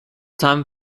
time